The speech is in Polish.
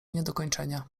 niedokończenia